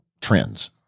trends